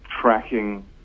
tracking